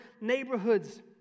neighborhoods